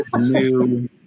new